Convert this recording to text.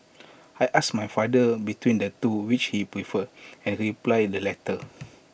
I asked my father between the two which he preferred and he replied the latter